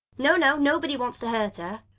no, no nobody wants to hurt her.